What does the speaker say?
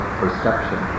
perception